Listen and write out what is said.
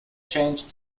changed